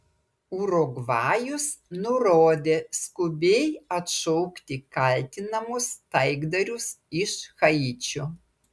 urugvajus nurodė skubiai atšaukti kaltinamus taikdarius iš haičio